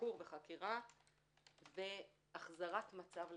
- תחקור וחקירה - והחזרת מצב לקדמותו.